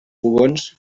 fogons